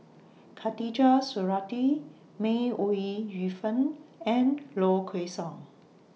Khatijah Surattee May Ooi Yu Fen and Low Kway Song